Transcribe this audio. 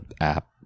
app